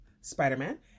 Spider-Man